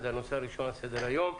זה הנושא הראשון על סדר היום.